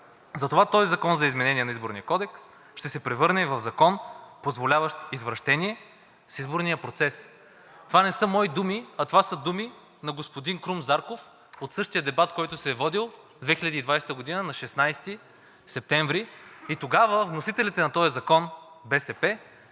Затова този закон за изменение на Изборния кодекс ще се превърне в закон, позволяващ извращение с изборния процес. Това не са мои думи, а това са думи на господин Крум Зарков от същия дебат, който се е водил 2020 г. на 16 септември. И тогава вносителите на този закон –